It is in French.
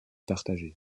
partagé